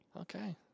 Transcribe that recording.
Okay